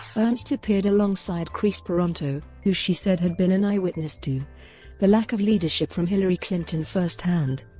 ernst appeared alongside kris paronto, who she said had been an eyewitness to the lack of leadership from hillary clinton first-hand.